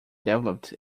developed